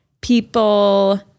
people